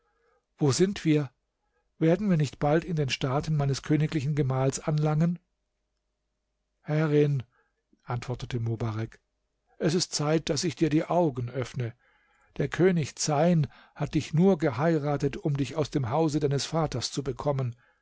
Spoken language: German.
wo sind wir werden wir nicht bald in den staaten meines königlichen gemahls anlangen herrin antwortete mobarek es ist zeit daß ich dir die augen öffne der könig zeyn hat dich nur geheiratet um dich aus dem hause deines vaters zu bekommen